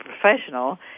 professional